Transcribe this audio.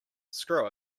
screw